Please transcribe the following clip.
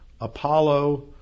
Apollo